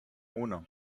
uno